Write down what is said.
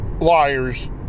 liars